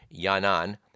Yanan